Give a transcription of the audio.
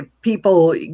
people